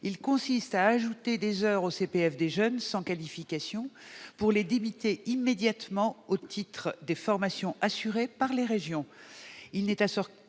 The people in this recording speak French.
il consiste à ajouter des heures au CPF des jeunes sans qualification pour les débiter immédiatement au titre des formations assurées par les régions.